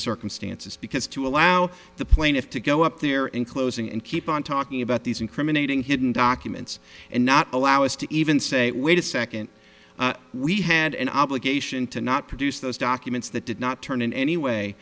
circumstances because to allow the plaintiff to go up there in closing and keep on talking about these incriminating hidden documents and not allow us to even say wait a second we had an obligation to not produce those documents that did not turn in any way